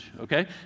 Okay